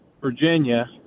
Virginia